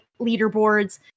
leaderboards